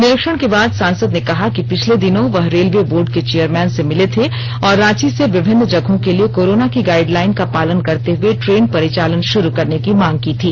निरीक्षण के बाद सांसद ने कहा कि पिछले दिनों वह रेलवे बोर्ड के चेयरमैन से मिले थे और रांची से विभिन्न जगहों के लिए कोरोना की गाइडलाइन का पालन करते हुए ट्रेन परिचालन शुरू करने की मांग की थी